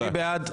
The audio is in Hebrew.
מי בעד?